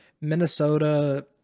Minnesota